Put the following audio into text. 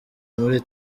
muri